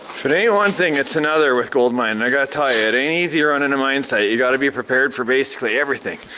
it ain't one thing, it's another with gold mining, i gotta tell ya. it ain't easy running a mine site, you gotta be prepared for basically everything.